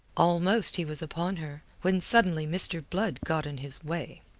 almost he was upon her, when suddenly mr. blood got in his way.